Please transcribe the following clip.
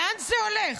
לאן זה הולך?